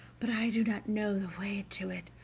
but i do not know the way to it,